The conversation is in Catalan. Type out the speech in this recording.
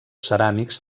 ceràmics